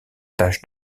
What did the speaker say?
taches